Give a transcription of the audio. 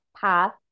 path